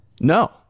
No